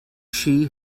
she